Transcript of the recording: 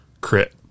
crit